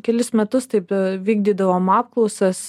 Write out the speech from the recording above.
kelis metus taip vykdydavom apklausas